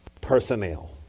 personnel